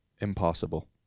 impossible